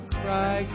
cry